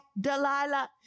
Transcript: Delilah